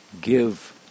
give